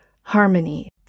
Harmony